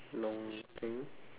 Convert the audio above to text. long thing